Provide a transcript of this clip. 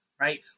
right